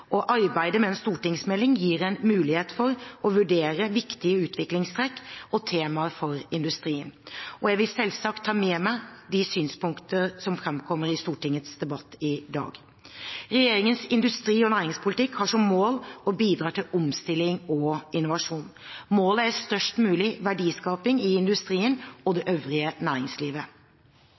med en stortingsmelding gir en mulighet for å vurdere viktige utviklingstrekk og temaer for industrien. Jeg vil selvsagt ta med meg de synspunkter som framkommer i Stortingets debatt i dag. Regjeringens industri- og næringspolitikk har som mål å bidra til omstilling og innovasjon. Målet er størst mulig verdiskaping i industrien og det øvrige næringslivet.